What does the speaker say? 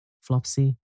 Flopsy